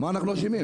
מה אנחנו אשמים?